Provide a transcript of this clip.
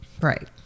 right